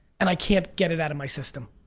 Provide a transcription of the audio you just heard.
and i can't get it out of my system.